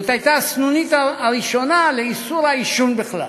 זאת הייתה הסנונית הראשונה לאיסור העישון בכלל.